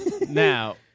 Now